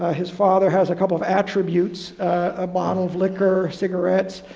ah his father has a couple of attributes a bottle of liquor, cigarettes,